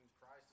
Christ